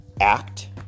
act